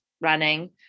running